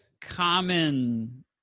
common